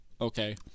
Okay